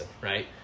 right